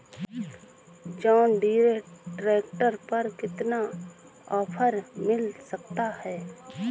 John Deere tractor पर कितना offer मिल सकता है?